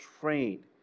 trained